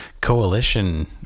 coalition